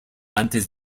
antes